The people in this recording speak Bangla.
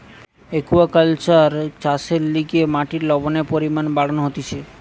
একুয়াকালচার চাষের লিগে মাটির লবণের পরিমান বাড়ানো হতিছে